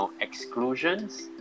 exclusions